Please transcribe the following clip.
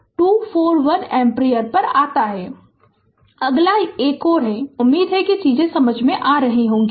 Refer Slide Time 1255 अगला एक और है उम्मीद है कि चीजें समझ में आ रही होगी